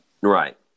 Right